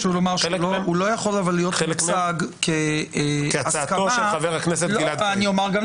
הוא לא יכול להיות מוצג יש פה עוד